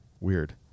Weird